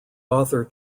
author